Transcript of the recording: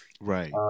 Right